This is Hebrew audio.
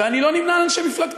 ואני לא נמנה עם אנשי מפלגתו.